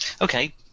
Okay